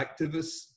activists